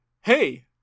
hey